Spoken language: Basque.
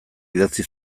idatzi